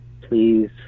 please